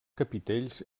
capitells